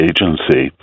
Agency